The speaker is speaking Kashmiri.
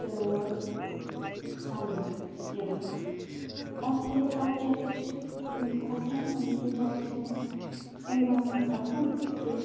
تہٕ سۄنہٕ مرگ یِوان یِم ترٛےٚ جایہِ کیٛازِ چھِ مےٚ پسنٛد یِم ترٛےٚ جایہِ چھِ مےٚ امہِ پاپتھ پسنٛد کہِ